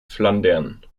flandern